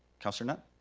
councilor knutt,